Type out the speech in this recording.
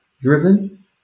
driven